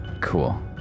Cool